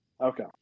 Okay